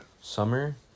Summer